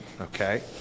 Okay